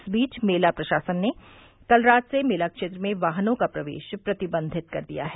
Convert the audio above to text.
इस बीच मेला प्रशासन ने कल रात से मेला क्षेत्र में वाहनों का प्रवेश प्रतिबंधित कर दिया है